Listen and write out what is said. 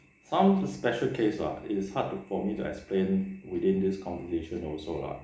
some of the special case lah it's hard for me to explain within this conversation also lah